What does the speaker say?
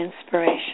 inspiration